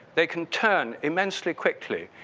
they can turn immensely quickly